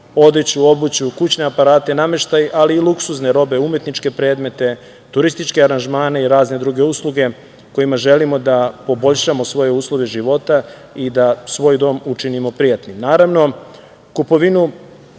odeću, obuću, kućne aparate, nameštaj, ali i luksuzne robe, umetničke predmete, turističke aranžmane i razne druge usluge, kojima želimo da poboljšamo svoje uslove života i da svoj dom učinimo prijatnim. Naravno, kupovinu